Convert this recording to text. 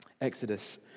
Exodus